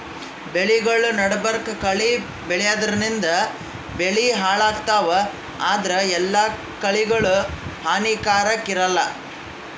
ಬೆಳಿಗೊಳ್ ನಡಬರ್ಕ್ ಕಳಿ ಬೆಳ್ಯಾದ್ರಿನ್ದ ಬೆಳಿ ಹಾಳಾಗ್ತಾವ್ ಆದ್ರ ಎಲ್ಲಾ ಕಳಿಗೋಳ್ ಹಾನಿಕಾರಾಕ್ ಇರಲ್ಲಾ